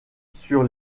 sur